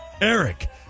Eric